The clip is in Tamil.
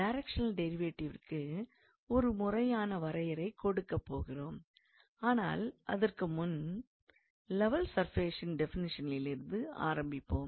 டைரக்க்ஷனல் டிரைவேட்டிவிற்கு ஒரு முறையான வரையறை கொடுக்கப் போகிறோம் ஆனால் அதற்குமுன் லெவல் சர்ஃபேசின் டெஃபனிஷனிலிருந்து ஆரம்பிப்போம்